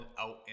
out